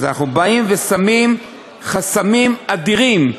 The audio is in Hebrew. אז אנחנו באים ושמים חסמים אדירים: